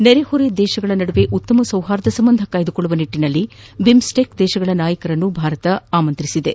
ನೆರೆಹೊರೆ ದೇಶಗಳ ನಡುವೆ ಉತ್ತಮ ಸೌಹಾರ್ದ ಸಂಬಂಧ ಕಾಯ್ದುಕೊಳ್ಳುವ ನಿಟ್ಟಿನಲ್ಲಿ ಬಿಮ್ಸೈಕ್ ರಾಷ್ಟಗಳ ನಾಯಕರನ್ನು ಭಾರತ ಆಹ್ವಾನಿಸಿದೆ